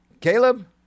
Caleb